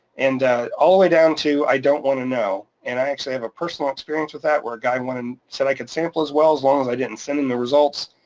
and all the way down to, i don't wanna know. and i actually have a personal experience with that, where a guy went and said i could sample his well as long as i didn't send and the results.